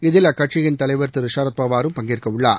இதில் அக்கட்சியின் தலைவர் திரு ஷரத் பவாரும் பங்கேற்கவுள்ளார்